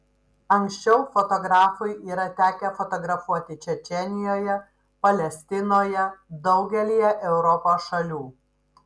anksčiau fotografui yra tekę fotografuoti čečėnijoje palestinoje daugelyje europos šalių